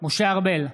משה ארבל,